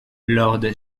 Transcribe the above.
lord